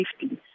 safety